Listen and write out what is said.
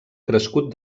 crescut